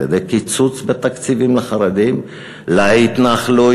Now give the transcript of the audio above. "על-ידי קיצוץ בתקציבים לחרדים ולהתנחלויות